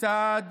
סעד